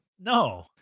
No